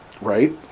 Right